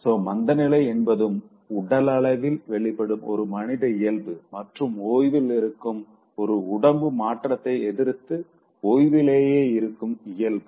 so மந்த நிலை என்பதும் உடலளவில் வெளிப்படும் ஒரு மனித இயல்பு மற்றும் ஓய்வில் இருக்கும் ஒரு உடம்பு மாற்றத்தை எதிர்த்து ஓய்விலேயே இருக்கும் இயல்பு